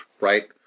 right